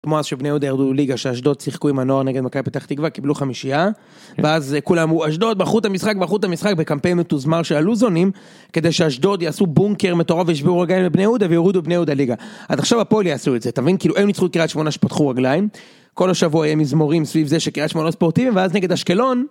כמו אז שבני הודה ירדו ליגה, שאשדוד שיחקו עם הנוער נגד מכבי פתח תקווה, קיבלו חמישייה ואז כולם אמרו, אשדוד מכרו את המשחק, מכרו את המשחק, בקמפיין מתוזמן של הלוזונים כדי שאשדוד יעשו בונקר מטורף וישברו רגליים לבני הודה ויורידו את בני הודה ליגה. אז עכשיו הפועל יעשו את זה, תבין? כאילו, הם ניצחו את קריית שמונה שפתחו רגליים כל השבוע הם מזמורים סביב זה שקריית שמונה ספורטיביים ואז נגד אשקלון